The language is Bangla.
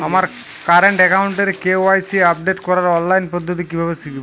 আমার কারেন্ট অ্যাকাউন্টের কে.ওয়াই.সি আপডেট করার অনলাইন পদ্ধতি কীভাবে শিখব?